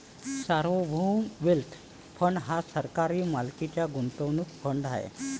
सार्वभौम wealth fund हा सरकारी मालकीचा गुंतवणूक फंड आहे